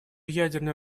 ядерное